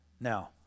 Now